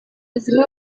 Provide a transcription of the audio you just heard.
zimwe